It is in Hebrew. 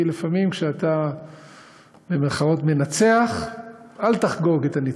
כי לפעמים, כשאתה "מנצח" אל תחגוג את הניצחון.